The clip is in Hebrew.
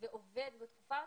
ועובד בתקופה הזאת,